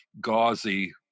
gauzy